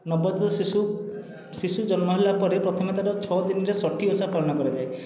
ନବଜାତ ଶିଶୁ ଶିଶୁ ଜନ୍ମ ହେଲାପରେ ପ୍ରଥମେ ତା'ର ଛଅ ଦିନରେ ଷଠି ଓଷା ପାଳନ କରାଯାଏ